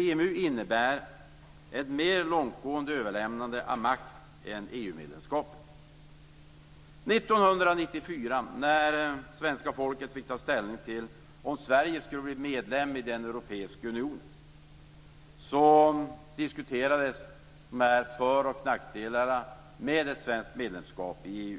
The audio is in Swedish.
EMU innebär ett mer långtgående överlämnande av makt än År 1994, när svenska folket fick ta ställning till om Sverige skulle bli medlem i EU, diskuterades föroch nackdelarna med ett svenskt medlemskap i EU.